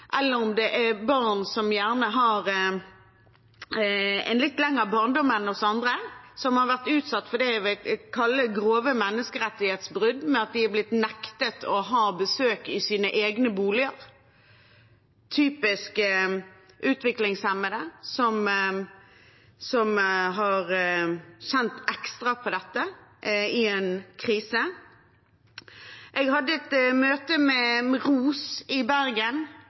om barn som gjerne har en litt lengre barndom enn oss andre, som har vært utsatt for det jeg vil kalle grove menneskerettighetsbrudd ved at de er blitt nektet å ha besøk i sine egne boliger, typisk utviklingshemmede som har kjent ekstra på dette i en krise. Jeg hadde et møte med ROS i Bergen